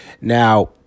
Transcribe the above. Now